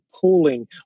pooling